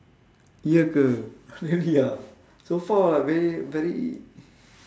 ye ke really ah so far like very very